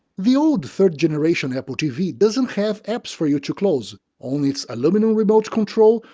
the old, third generation, apple tv doesn't have apps for you to close on its aluminium remote control,